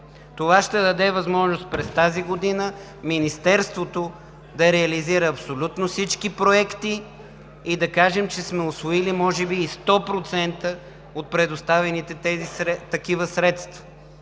Това ще даде възможност през тази година Министерството да реализира абсолютно всички проекти и да кажем, че сме усвоили може би и 100% от предоставените средства.